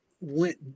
went